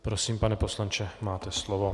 Prosím, pane poslanče, máte slovo.